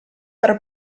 per